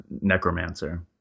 necromancer